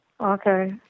Okay